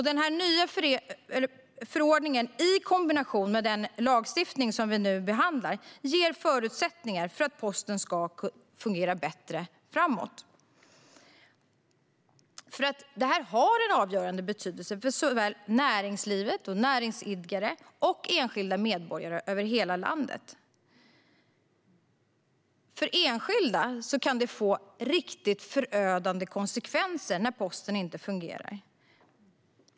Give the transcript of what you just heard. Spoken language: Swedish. Den nya förordningen i kombination med den lagstiftning som vi nu behandlar ger förutsättningar för att posten ska fungera bättre framöver. Att posten fungerar har en avgörande betydelse för såväl näringslivet och näringsidkare som enskilda medborgare i hela landet. För enskilda kan det få förödande konsekvenser när posten inte fungerar.